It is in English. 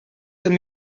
tell